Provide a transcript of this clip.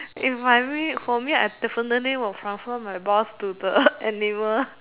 if my may for me I definitely will transfer my boss to the animal